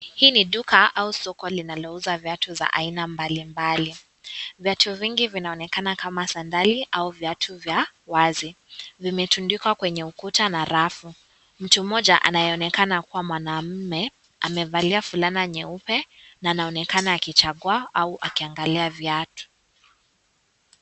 Hii ni duka au soko linalouza viatu za aina mbalimbali, viatu vingi vinaonekana kama sandali au viatu vya wazi, vimetumdikwa kwenye ukuta na rafu mtu mmoja anayeonekana kuwa mwanaume amevalia fulana nyeupe na anaonekana akichagua au akiangalia viatu.